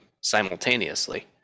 simultaneously